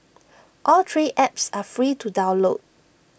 all three apps are free to download